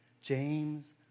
James